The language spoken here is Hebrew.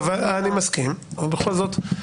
ובכל זאת,